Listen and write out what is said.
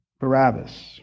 Barabbas